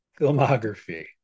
filmography